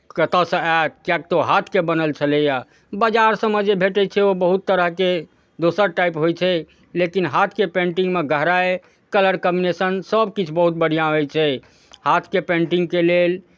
कतयसँ आयत किएक तऽ ओ हाथसँ बनल छलैए बाजार सभमे जे भेटै छै ओ बहुत तरहके दोसर टाइप होइ छै लेकिन हाथके पेन्टिंगमे गहराइ कलर कम्बिनेशन सभकिछु बहुत बढ़िआँ होइ छै हाथके पेन्टिंगके लेल